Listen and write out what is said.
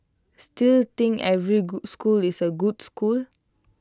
still think every school is A good school